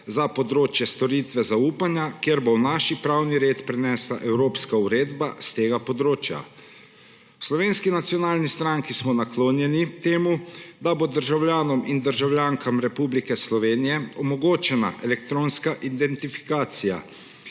za področje storitve zaupanja, kar bo v naš pravni red prinesla evropska uredba s tega področja. V Slovenski nacionalni stranki smo naklonjeni temu, da bo državljanom in državljankam Republike Slovenije omogočena elektronska identifikacija,